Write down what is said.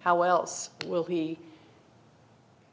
how else will he